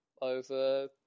over